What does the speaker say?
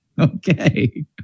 Okay